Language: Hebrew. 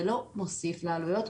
זה לא מוסיף לעלויות.